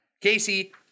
Casey